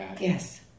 Yes